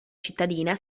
cittadina